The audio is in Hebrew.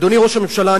ואדוני ראש הממשלה,